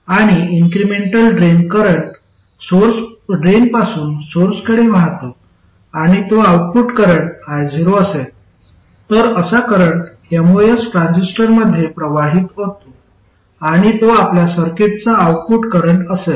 आणि incremental drain current ड्रेनपासून सोर्सकडे वाहतो आणि तो आउटपुट करंट io असेल तर असा करंट एमओएस ट्रान्झिस्टरमध्ये प्रवाहित होतो आणि तो आपल्या सर्किटचा आउटपुट करंट असेल